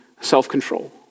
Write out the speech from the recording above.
self-control